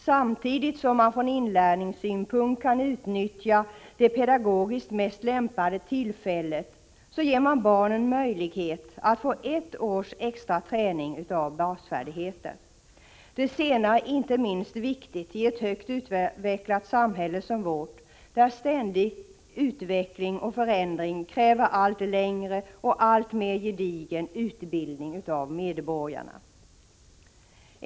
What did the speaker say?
Samtidigt som man från inlärningssynpunkt kan utnyttja det pedagogiskt mest lämpade tillfället, ger man barnen möjlighet att få ett års extra träning av basfärdigheter. Det senare är inte minst viktigt i ett högt utvecklat samhälle som vårt, där ständig utveckling och förändring kräver allt längre och alltmer gedigen utbildning av 129 medborgarna.